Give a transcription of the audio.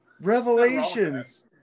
Revelations